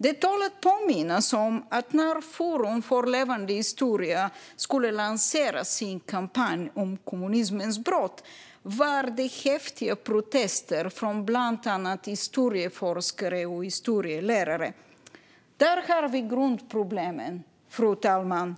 Det tål att påminnas om att när Forum för levande historia skulle lansera sin kampanj om kommunismens brott var det häftiga protester från bland annat historieforskare och historielärare. Där har vi grundproblemen, fru talman.